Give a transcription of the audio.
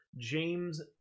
James